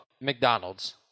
McDonald's